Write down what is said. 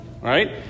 right